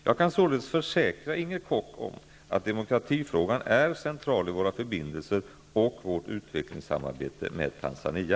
Jag kan således försäkra Inger Koch om att demokratifrågan är central i våra förbindelser och vårt utvecklingssamarbete med Tanzania.